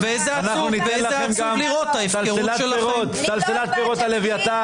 ניתן לכם גם סלסלת פירות על אביתר,